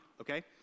okay